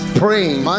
praying